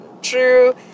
true